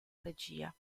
regia